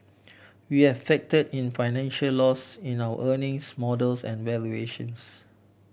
we have factor in financial loss in our earnings models and valuations